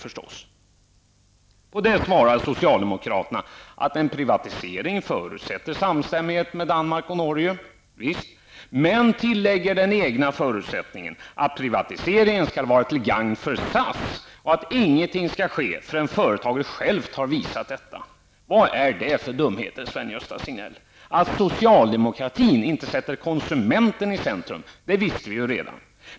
På det svarar socialdemokraterna att en privatisering förutsätter samstämmighet med Danmark och Norge, men tillägger den egna förutsättningen, att privatiseringen skall vara till gagn för SAS och att ingenting skall ske förrän företaget självt visat att så är fallet. Vad är det för dumheter, Sven-Gösta Signell? Att socialdemokratin inte sätter konsumenten i centrum visste vi redan.